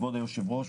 כבוד היושב-ראש,